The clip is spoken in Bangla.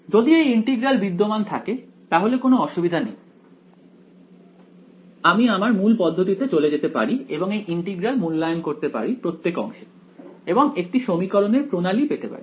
যদি এই ইন্টিগ্রাল বিদ্যমান থাকে তাহলে কোনও অসুবিধা নেই আমি আমার মূল পদ্ধতিতে চলে যেতে পারি এবং এই ইন্টিগ্রাল মূল্যায়ন করতে পারি প্রত্যেক অংশে এবং একটি সমীকরণের প্রণালী পেতে পারি